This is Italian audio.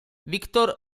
víctor